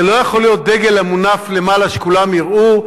זה לא יכול להיות דגל המונף למעלה שכולם יראו,